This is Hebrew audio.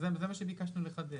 זה מה שביקשנו לחדד.